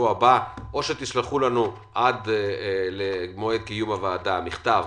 ואז או שתשלחו לנו עד מועד קיום הישיבה מכתב